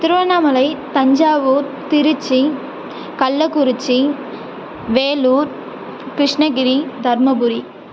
Tiruvannamalai Thanjavur Tiruchi Kallakurichi Vellore Krishnagiri Dharmapuri